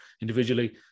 individually